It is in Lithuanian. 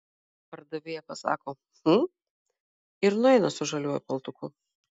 pardavėja pasako hm ir nueina su žaliuoju paltuku